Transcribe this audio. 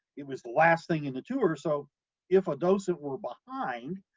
it was the last thing in the tour, so if a docent were behind,